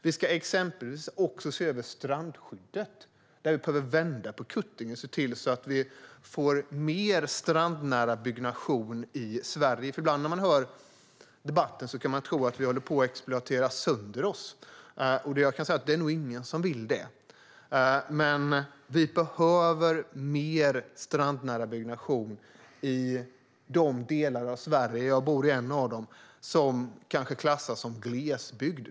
Vi ska exempelvis också se över strandskyddet, där vi behöver vända på kuttingen och se till att vi får mer strandnära byggnation i Sverige. Ibland när man hör debatten kan man nämligen tro att vi håller på att exploatera sönder oss, och jag kan säga att det nog inte är någon som vill det. Men vi behöver mer strandnära byggnation i de delar av Sverige - jag bor i en av dem - som kanske klassas som glesbygd.